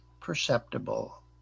perceptible